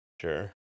Sure